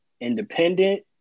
independent